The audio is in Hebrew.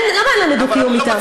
למה אין לנו דו-קיום אתם?